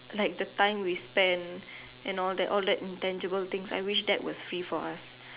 like the time we spend and all that all that intangible things I wish that was free for us